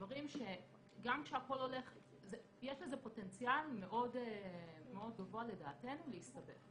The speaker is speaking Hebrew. יש לזה פוטנציאל מאוד גבוה לדעתנו להסתבך